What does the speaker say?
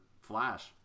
Flash